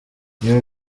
new